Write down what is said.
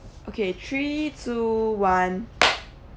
okay three two one